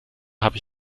habe